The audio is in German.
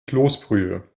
kloßbrühe